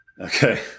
Okay